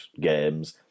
games